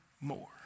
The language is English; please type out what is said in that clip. more